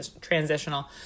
transitional